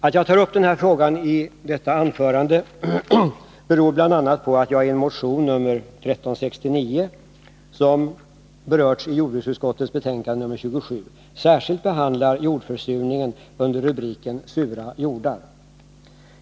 Att jag tar upp den här frågan i detta anförande beror bl.a. på att jag i en motion 1980 81:27, särskilt behandlar jordförsurningen under rubriken Sura jordar.